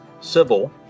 civil